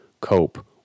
cope